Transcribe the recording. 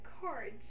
cards